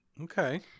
Okay